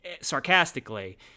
sarcastically